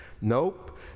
nope